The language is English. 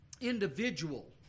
individual